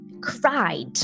cried